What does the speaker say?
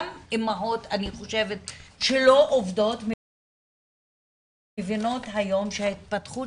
גם אימהות אני חושבת שלא עובדות מבינות היום שההתפתחות